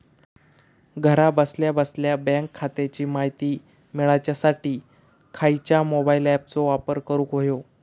घरा बसल्या बसल्या बँक खात्याची माहिती मिळाच्यासाठी खायच्या मोबाईल ॲपाचो वापर करूक होयो?